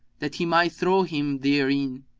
that he might throw him therein